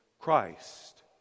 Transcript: Christ